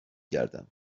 گردم